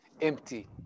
empty